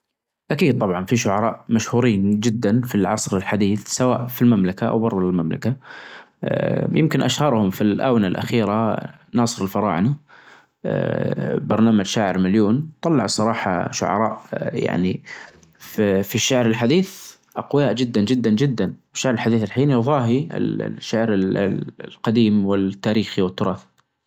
أشوف ان الرياظة اللي تتطلب اكثر قوة بدنية في هذه الحياة رياظة الركظ خاصة المسافات القصيرة مئة متر وكذا لانها تتطلب منك انك تبذل كل مجهودك في فترة زمنية صغيرة يعني انت معك مئة متر يا بتربحها او تخسرها خلاف مثلا السباقات الطويلة اللي هي الفين متر او حاجة عندك فرصة تعوظ لكن هذي خلاص طقطق على طول.